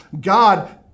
God